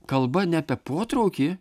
kalba ne apie potraukį